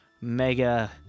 mega